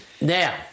Now